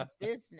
business